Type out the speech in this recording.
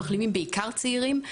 בעיקר במחלימים צעירים.